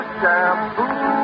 shampoo